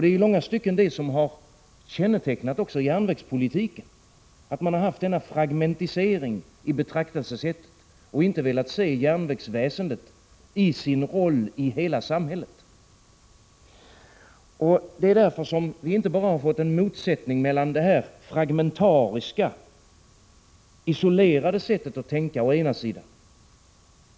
Det är i långa stycken det som har kännetecknat järnvägspolitiken, att man har haft denna fragmentarisering i betraktelsesättet och inte velat se järnvägsväsendet i dess roll i hela samhället. Det är därför vi inte bara har fått en motsättning mellan det fragmentariska, isolerade sättet att tänka å ena sidan,